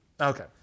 Okay